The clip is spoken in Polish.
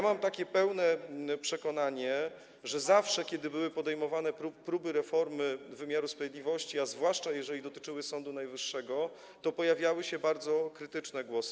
Mam takie pełne przekonanie, że zawsze, kiedy były podejmowane próby reformy wymiaru sprawiedliwości, zwłaszcza jeżeli dotyczyły Sądu Najwyższego, pojawiały się bardzo krytyczne głosy.